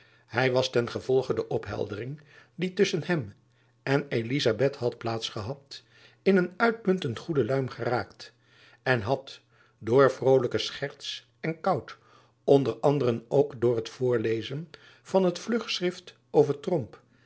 hy was ten gevolge de opheldering die tusschen hem en elizabeth had plaats gehad in een uitmuntend goede luim geraakt en had door vrolijke scherts en kout onder anderen ook door het voorlezen van het vlugschrift over tromp